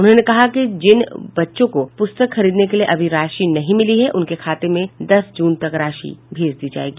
उन्होंने कहा कि जिन बच्चों को पुस्तक खरीदने के लिए अभी राशि नहीं मिली है उनके खाते में दस जून तक राशि भेज दी जायेगी